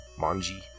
Manji